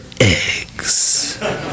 eggs